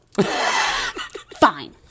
Fine